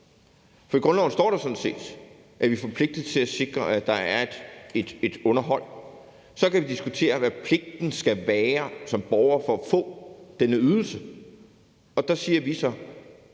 For i grundloven står der sådan set, at vi er forpligtet til at sikre, at der er et underhold. Så kan vi diskutere, hvad pligten skal være som borger for at få denne ydelse, og der siger vi så,